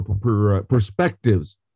perspectives